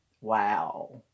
Wow